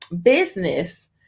business